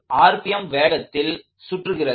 3 rpm வேகத்தில் சுற்றுகிறது